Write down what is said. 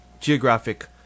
geographic